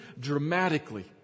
dramatically